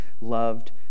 loved